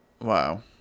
Wow